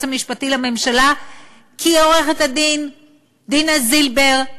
המשפטי לממשלה כי עורכת-הדין דינה זילבר,